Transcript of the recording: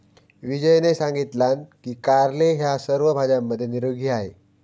विजयने सांगितलान की कारले ह्या सर्व भाज्यांमध्ये निरोगी आहे